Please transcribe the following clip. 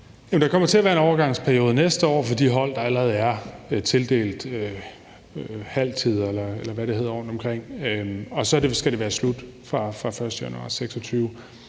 Der kommer til at være en overgangsperiode næste år for de hold, der allerede er tildelt halv tid, eller hvad det hedder rundtomkring,